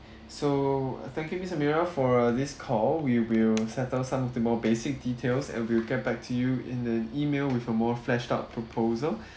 so uh thank you miss amira for uh this call we will settle some of the more basic details and we'll get back to you in an email with a more flashed out proposal